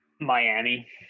Miami